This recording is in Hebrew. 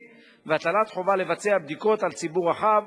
והטלת חובה לבצע בדיקות על ציבור רחב,